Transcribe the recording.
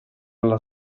alla